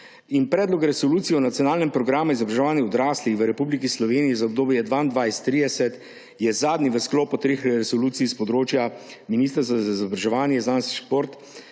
to. Predlog resolucije o nacionalnem programu izobraževanja odraslih v Republiki Sloveniji za obdobje 2022−2030 je zadnji v sklopu treh resolucij s področja Ministrstva za izobraževanje, znanost in šport,